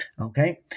okay